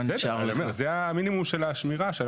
זה מינימום של שמירה.